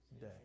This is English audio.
day